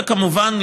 וכמובן,